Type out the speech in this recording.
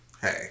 hey